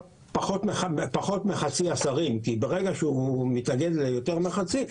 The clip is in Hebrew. פחות מחצי השרים כי ברגע שהוא מתנגד ליותר מחצי,